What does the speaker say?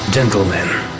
Gentlemen